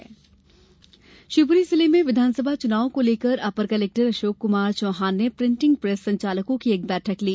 बैठक शिवपुरी जिले में विधानसभा चुनावों को लेकर अपर कलेक्टर अशोक कुमार चौहान ने प्रिंटिंग प्रेस संचालकों की एक बैठक ली